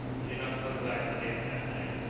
he did not close his eyes again that night.